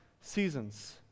seasons